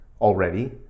already